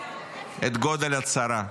את גודל הצרה,